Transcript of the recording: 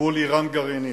מול אירן גרעינית.